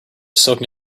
soaking